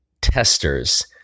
testers